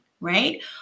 right